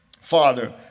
Father